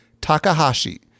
Takahashi